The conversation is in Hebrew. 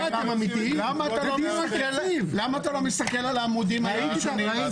למה אתה לא מסתכל על העמודים הראשונים?